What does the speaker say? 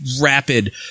rapid